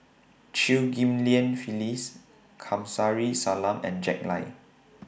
Chew Ghim Lian Phyllis Kamsari Salam and Jack Lai